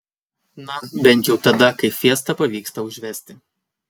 na bent jau tada kai fiesta pavyksta užvesti